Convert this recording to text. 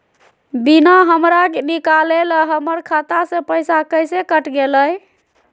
बिना हमरा निकालले, हमर खाता से पैसा कैसे कट गेलई?